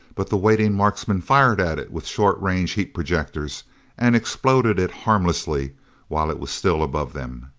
but the waiting marksmen fired at it with short range heat projectors and exploded it harmlessly while it was still above them.